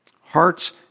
Hearts